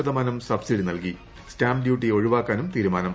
ശതമാനം സബ്സിഡി നൽകി stamp duty ഒഴിവാക്കാൻ തീരുമാനം